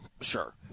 sure